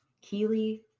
keely